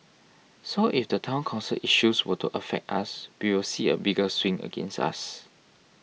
so if the Town Council issues were to affect us we will see a bigger swing against us